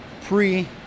pre